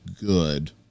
good